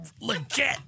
legit